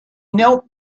knelt